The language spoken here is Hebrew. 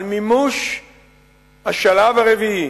על מימוש השלב הרביעי